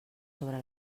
sobre